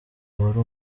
wari